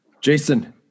Jason